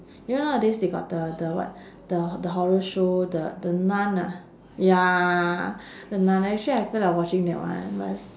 you know nowadays they got the the what the the horror show the the nun ah ya the nun actually I feel like watching that one but is